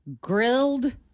grilled